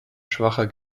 schwacher